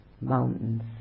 mountains